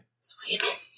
Sweet